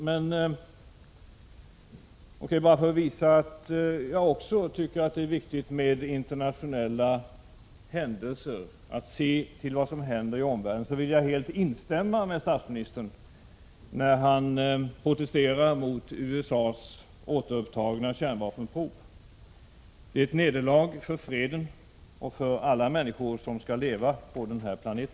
Men O.K., bara för att visa att jag också tycker att det är viktigt att se till vad som händer i omvärlden vill jag helt instämma när statsministern protesterar mot USA:s återupptagna kärnvapenprov. Det är fråga om ett nederlag för freden och för alla människor som skall leva på den här planeten.